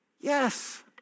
Yes